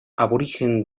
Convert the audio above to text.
aborigen